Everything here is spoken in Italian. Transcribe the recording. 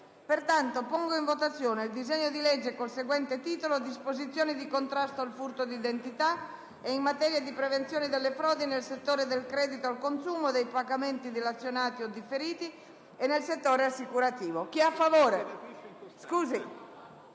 e 507, nel testo emendato, con il seguente titolo: «Disposizioni di contrasto al furto d'identità e in materia di prevenzione delle frodi nel settore del credito al consumo, dei pagamenti dilazionati o differiti e nel settore assicurativo»,